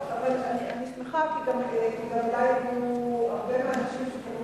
אני שמחה כי גם אלי הגיעו הרבה מהאנשים.